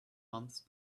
months